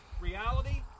Reality